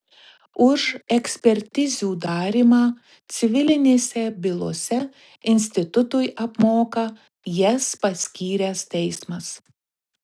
už ekspertizių darymą civilinėse bylose institutui apmoka jas paskyręs teismas